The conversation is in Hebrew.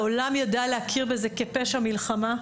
העולם יודע להכיר בזה כפשע מלחמה,